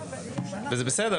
וזה בסדר.